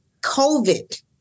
COVID